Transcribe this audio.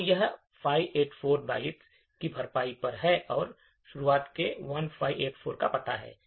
तो यह 584 बाइट्स की भरपाई पर है और शुरुआत से 1584 का पता है